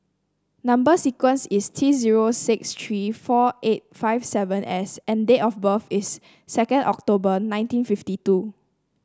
number sequence is T zero six three four eight five seven S and date of birth is second October nineteen fifty two